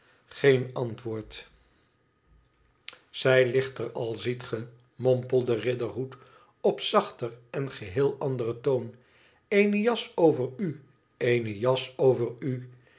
geen antwoord fzijligteral ziet ge mompelde riderhood op zachter en geheel anderen toon eene jas over u eene jas over u